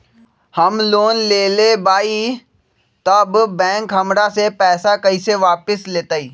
हम लोन लेलेबाई तब बैंक हमरा से पैसा कइसे वापिस लेतई?